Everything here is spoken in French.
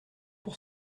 pour